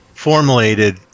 Formulated